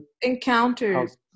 Encounters